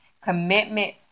commitment